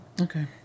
Okay